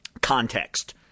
context